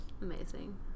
Amazing